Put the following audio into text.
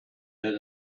had